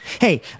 Hey